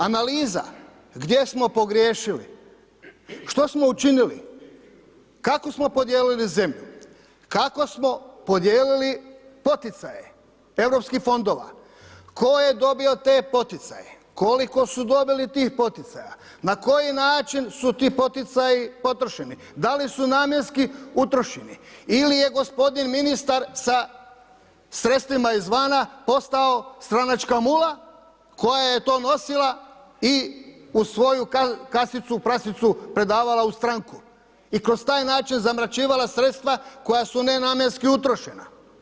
Analiza gdje smo pogriješili, što smo učinili, kako smo podijelili zemlju, kako smo podijelili poticaje europskih fondova, tko je dobio te poticaje, koliko su dobili tih poticaja, na koji način su ti poticaji potrošeni, da li su namjenski utrošeni, ili je gospodin ministar sa sredstvima iz vana postao stranačka mula koja je to nosila i u svoju kasicu prasicu predavala u stranku i kroz taj način zamračivala sredstva koja su nenamjenski utrošena.